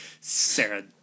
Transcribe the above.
Sarah